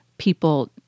People